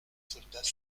soldats